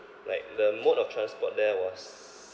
like the mode of transport there was